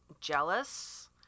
jealous